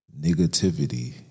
Negativity